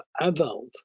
adult